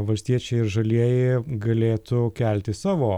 valstiečiai ir žalieji galėtų kelti savo